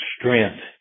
strength